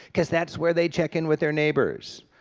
because that's where they check in with their neighbors,